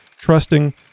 trusting